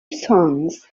sons